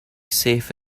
safe